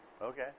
Okay